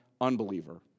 unbeliever